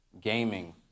Gaming